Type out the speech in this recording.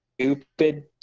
Stupid